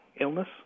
illness